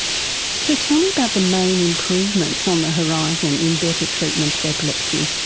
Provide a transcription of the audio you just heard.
so tell me about the main improvements on the horizon in better treatment of epilepsy.